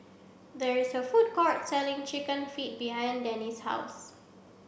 there is a food court selling chicken feet behind Denny's house